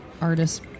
artist